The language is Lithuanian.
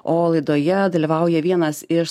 o laidoje dalyvauja vienas iš